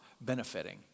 benefiting